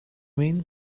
mean